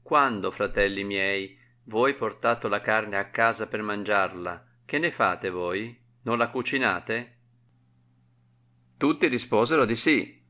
quando fratelli miei voi portato la carne a casa per mangiarla che ne fate voi non la cucinate tutti risposero di si